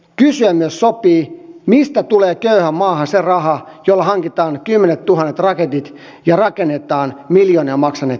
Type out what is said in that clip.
kysyä myös sopii mistä tulee köyhään maahan se raha jolla hankitaan kymmenettuhannet raketit ja rakennetaan miljoonia maksaneet tunneliverkostot